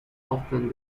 often